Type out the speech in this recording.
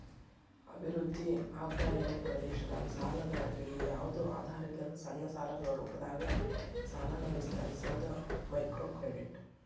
ಅಭಿವೃದ್ಧಿ ಆಗ್ದಾಇರೋ ಪ್ರದೇಶದಾಗ ಸಾಲಗಾರರಿಗಿ ಯಾವ್ದು ಆಧಾರಿಲ್ಲದ ಸಣ್ಣ ಸಾಲಗಳ ರೂಪದಾಗ ಸಾಲನ ವಿಸ್ತರಿಸೋದ ಮೈಕ್ರೋಕ್ರೆಡಿಟ್